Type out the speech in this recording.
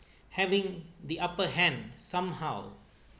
having the upper hand somehow